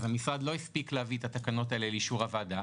אז המשרד לא הספיק להביא את התקנות האלה לאישור הוועדה.